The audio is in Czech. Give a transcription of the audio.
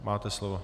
Máte slovo.